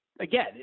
again